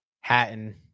Hatton